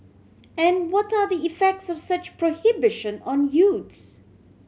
and what are the effects of such prohibition on youths